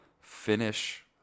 finish